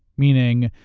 meaning,